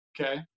Okay